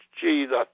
Jesus